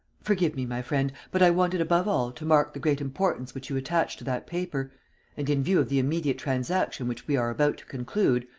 forgive me, my friend, but i wanted above all to mark the great importance which you attach to that paper and, in view of the immediate transaction which we are about to conclude,